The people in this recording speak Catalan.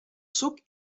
suc